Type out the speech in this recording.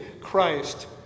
Christ